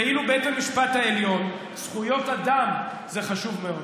ואילו בית המשפט העליון, זכויות אדם זה חשוב מאוד.